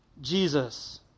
Jesus